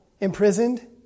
imprisoned